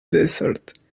desert